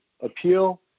appeal